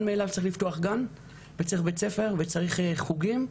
מאליו שצריך לפתוח גן וצריך בית ספר וצריך חוגים,